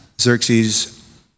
Xerxes